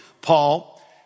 Paul